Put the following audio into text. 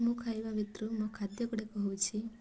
ମୁଁ ଖାଇବା ଭିତରୁ ମୋ ଖାଦ୍ୟଗୁଡ଼ାକ ହେଉଛି